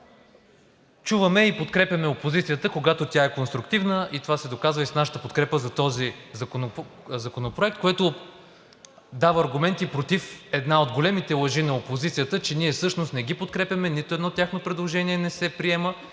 Чуваме и подкрепяме опозицията, когато тя е конструктивна. Това се доказа и с нашата подкрепа за този законопроект, което дава аргументи против една от големите лъжи на опозицията, че всъщност не ги подкрепяме, нито едно тяхно предложение не се приема